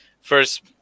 first